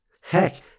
Heck